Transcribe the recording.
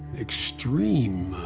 extreme,